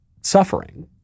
suffering